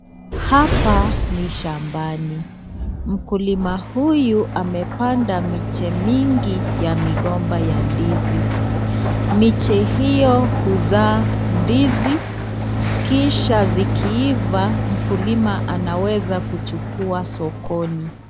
Hapa ni shambani. Mkulima huyu amepanda miche mingi ya migomba ya ndizi. Miche hiyo huzaa ndizi, kisha zikiiva mkulima anaweza kuchukua sokoni.